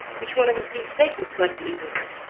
which one of us do you think looks like the evil one?